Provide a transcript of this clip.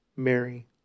Mary